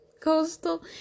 coastal